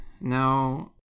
now